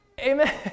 Amen